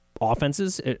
offenses